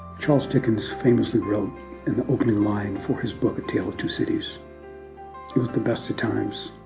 charles dickens famously wrote in the opening line for his book a tale of two cities it was the best of times,